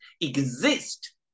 exist